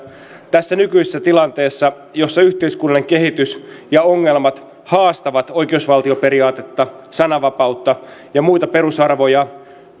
tässä nykyisessä tilanteessa jossa yhteiskunnallinen kehitys ja ongelmat haastavat oikeusvaltioperiaatetta sanavapautta ja muita perusarvoja